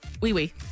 wee-wee